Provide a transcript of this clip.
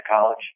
college